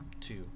two